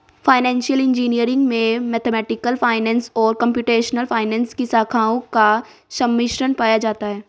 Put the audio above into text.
financial engineering में mathematical finance और computational finance की शाखाओं का सम्मिश्रण पाया जाता है